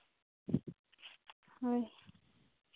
ᱦᱳᱭ